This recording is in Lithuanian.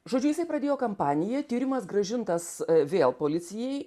žodžiu jisai pradėjo kampaniją tyrimas grąžintas vėl policijai